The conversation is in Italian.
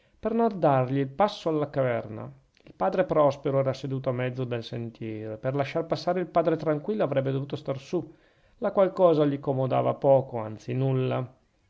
per non dargli il passo alla caverna il padre prospero era seduto a mezzo del sentiero e per lasciar passare il padre tranquillo avrebbe dovuto star su la qual cosa gli comodava poco anzi nulla